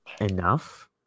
enough